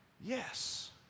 yes